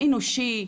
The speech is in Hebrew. אנושי,